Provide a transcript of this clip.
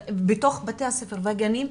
בתוך בתי הספר והגנים,